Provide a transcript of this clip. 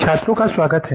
छात्रों का स्वागत हैं